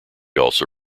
also